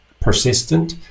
persistent